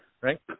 right